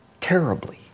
terribly